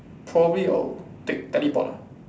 probably I will take teleport ah